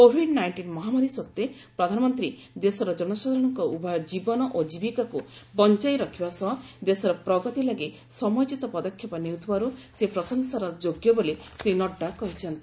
Covid nineteen ମହାମାରୀ ସତ୍ତ୍ୱେ ପ୍ରଧାନମନ୍ତ୍ରୀ ଦେଶର ଜନସାଧାରଣଙ୍କ ଉଭୟ ଜୀବନ ଓ ଜୀବିକାକୁ ବଞ୍ଚାଇ ରଖିବା ସହ ଦେଶର ପ୍ରଗତି ଲାଗି ସମୟୋଚିତ ପଦକ୍ଷେପ ନେଉଥିବାରୁ ସେ ପ୍ରଶଂସାର ଯୋଗ୍ୟ ବୋଲି ଶ୍ରୀ ନଡ୍ରା କହିଛନ୍ତି